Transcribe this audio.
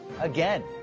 again